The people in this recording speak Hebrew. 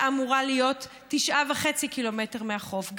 שאמורה להיות 9.5 קילומטר מהחוף,